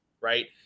right